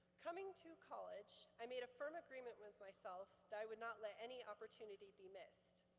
coming to college, i made a firm agreement with myself that i would not let any opportunity be missed,